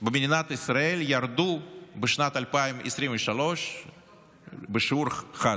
במדינת ישראל ירדו בשנת 2023 בשיעור חד,